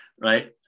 right